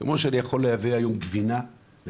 כמו שאני יכול להביא היום גבינה וחמאה,